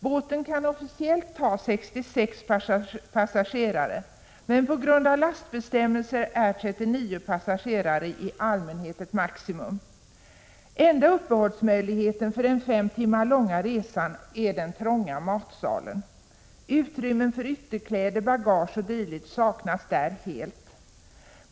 Båten kan officiellt ta 66 passagerare, men på grund av lastbestämmelser är 39 passagerare i allmänhet ett maximum. Enda uppehållsmöjligheten under den fem timmar långa resan är att vistas i den trånga matsalen. Utrymmen för ytterkläder, bagage o. d. saknas där helt.